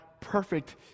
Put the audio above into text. perfect